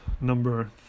number